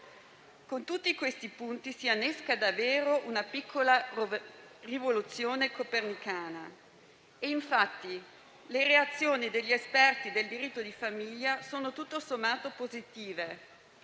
Con tutti questi punti, si innesca davvero una piccola rivoluzione copernicana e infatti le reazioni degli esperti del diritto di famiglia sono tutto sommato positive.